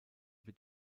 wird